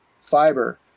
fiber